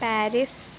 Paris